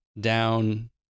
down